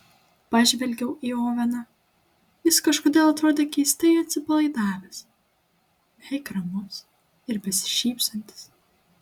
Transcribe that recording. pažvelgiau į oveną jis kažkodėl atrodė keistai atsipalaidavęs beveik ramus ir besišypsantis